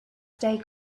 stay